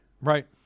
Right